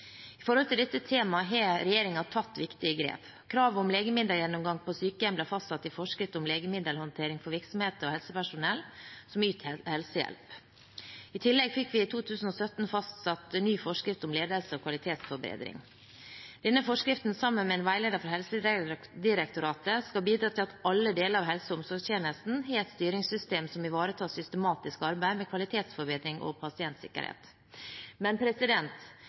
dette temaet, har regjeringen tatt viktige grep. Kravet om legemiddelgjennomgang ble fastsatt i Forskrift om legemiddelhåndtering for virksomheter og helsepersonell som yter helsehjelp. I tillegg fikk vi i 2017 fastsatt en ny forskrift om ledelse og kvalitetsforbedring. Denne forskriften, sammen med en veileder fra Helsedirektoratet, skal bidra til at alle deler av helse- og omsorgstjenesten har et styringssystem som ivaretar et systematisk arbeid med kvalitetsforbedring og pasientsikkerhet. Men